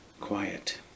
quiet